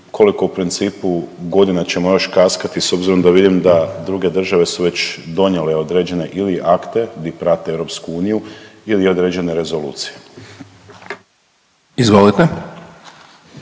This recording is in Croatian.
koliko u principu godina ćemo još kaskati s obzirom da vidim da druge države su već donijele određene ili akte gdje prate EU ili određene rezolucije? **Hajdaš